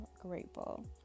grateful